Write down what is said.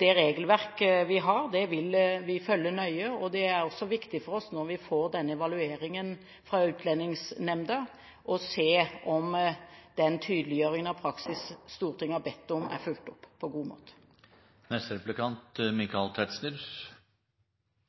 det regelverk vi har, vil vi følge nøye, og det er også viktig for oss når vi får evalueringen fra Utlendingsnemnda, å se om den tydeliggjøring av praksis Stortinget har bedt om, er fulgt opp på god